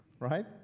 Right